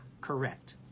correct